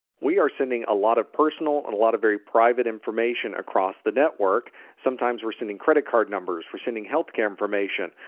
we are sending a lot of personal and a lot of very private information across the network. sometimes we're sending credit card numbers, we're sending health care information.